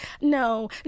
No